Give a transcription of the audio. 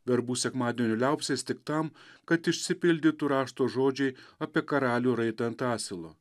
verbų sekmadienio liaupsės tik tam kad išsipildytų rašto žodžiai apie karalių raitą ant asilo